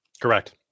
Correct